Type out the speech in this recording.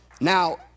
Now